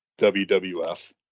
WWF